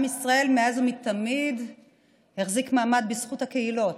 מאז ומתמיד עם ישראל החזיק מעמד בזכות הקהילות.